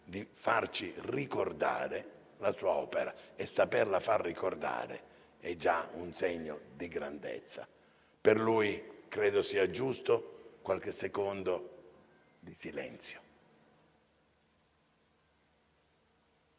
di farci ricordare la sua opera, e saperla far ricordare è già un segno di grandezza. Per lui credo sia giusto osservare un minuto di silenzio.